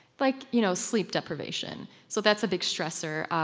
like you know sleep deprivation. so that's a big stressor.